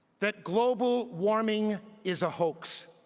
that global warming is a hoax,